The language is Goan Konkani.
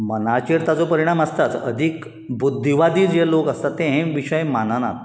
मनाचेर ताचो परिणाम आसताच अदीक बुद्दीवादी जे लोक आसात तें हे विशय माननात